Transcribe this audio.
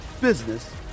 business